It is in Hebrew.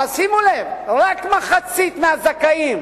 אבל שימו לב, רק מחצית מהזכאים